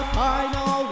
final